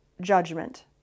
judgment